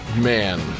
Man